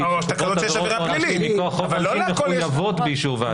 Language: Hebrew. או מכוח חוק העונשין מחויבות באישור ועדה.